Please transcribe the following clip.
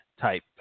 type